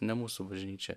ne mūsų bažnyčia